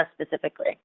specifically